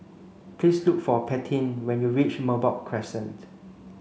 please look for Paityn when you reach Merbok Crescent